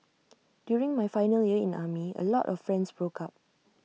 during my final year in army A lot of friends broke up